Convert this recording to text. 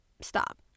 stop